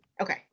Okay